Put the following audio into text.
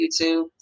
YouTube